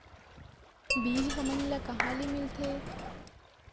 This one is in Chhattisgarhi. बीज हमन ला कहां ले मिलथे?